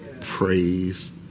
praise